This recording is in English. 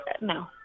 no—